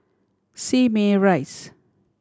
Simei Rise